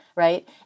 Right